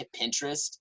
Pinterest